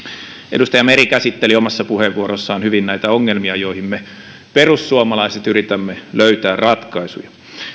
edustaja meri käsitteli omassa puheenvuorossaan hyvin näitä ongelmia joihin me perussuomalaiset yritämme löytää ratkaisuja